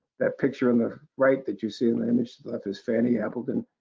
that picture on the right that you see on the image to the left was fanny appleton,